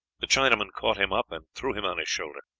the chinaman caught him up and threw him on his shoulder.